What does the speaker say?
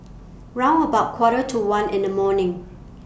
round about Quarter to one in The morning